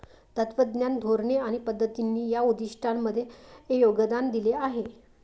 तत्त्वज्ञान, धोरणे आणि पद्धतींनी या उद्दिष्टांमध्ये योगदान दिले आहे